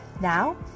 Now